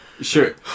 Sure